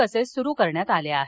buses स्रू करण्यात आल्या आहेत